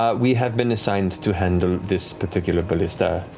ah we have been assigned to handle this particular ballista.